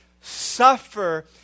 suffer